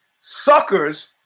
suckers